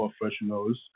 professionals